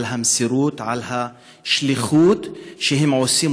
על המסירות, על השליחות שהם עושים